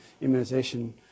immunization